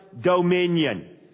dominion